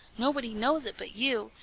nobody knows it but you,